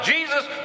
Jesus